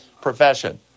profession